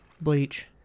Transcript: Bleach